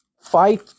fight